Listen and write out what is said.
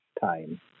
time